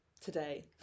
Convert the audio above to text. today